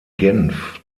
genf